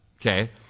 Okay